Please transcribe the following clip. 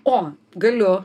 o galiu